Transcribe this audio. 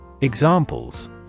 Examples